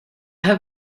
have